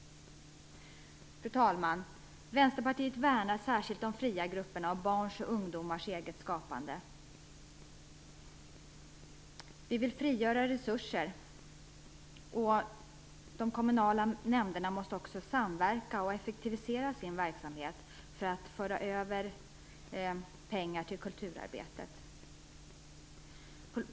Fru talman! Vänsterpartiet värnar särskilt de fria grupperna och barns och ungdomars eget skapande. Vi vill frigöra resurser. De kommunala nämnderna måste också samverka och effektivisera sin verksamhet för att kunna föra över pengar till kulturarbetet.